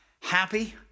happy